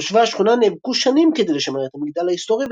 תושבי השכונה נאבקו שנים כדי לשמר את המגדל ההיסטורי,